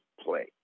play